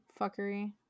fuckery